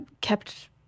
kept